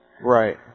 Right